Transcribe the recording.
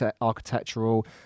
architectural